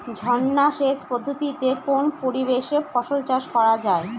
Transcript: ঝর্না সেচ পদ্ধতিতে কোন পরিবেশে ফসল চাষ করা যায়?